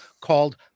called